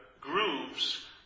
grooves